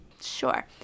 Sure